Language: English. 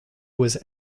was